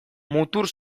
mutur